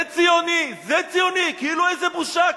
זה ציוני, זה ציוני, כאילו איזה בושה.